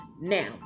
Now